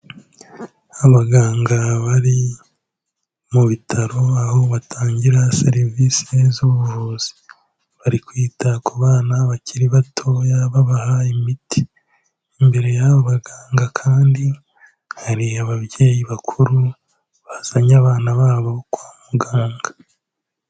Abaganga bari mu bitaro aho batangira serivisi z'ubuvuzi, bari kwita ku bana bakiri batoya babaha imiti, imbere yabo baganga kandi hari ababyeyi bakuru bazanye abana babo kwa muganga.